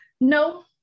no